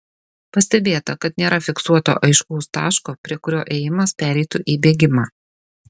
pastebėta kad nėra fiksuoto aiškaus taško prie kurio ėjimas pereitų į bėgimą